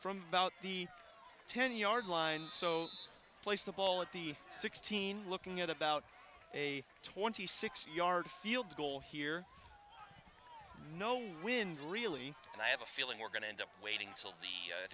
from about the ten yard line place the ball at the sixteen looking at about a twenty six yard field goal here no wind really and i have a feeling we're going to end up waiting until